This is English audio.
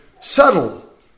subtle